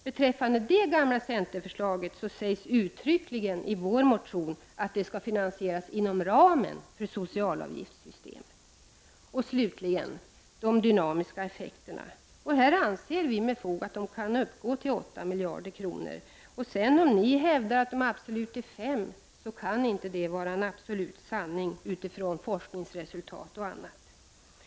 Beträffande detta gamla centerförslag sägs uttryckligen i vår motion att det skall finansieras inom ramen för socialavgiftssystemet. —- De dynamiska effekterna. Här anser vi med fog att de kan uppgå med 8 miljarder kronor. Om ni hävdar att det rör sig om 5 miljarder kronor kan det inte vara en absolut sanning utifrån forskningsresultat o.d.